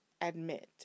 admit